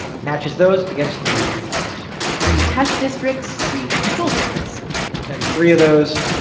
matches those against three others three test districts, three control districts and three of those,